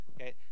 Okay